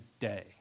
day